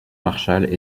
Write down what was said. marchal